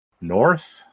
north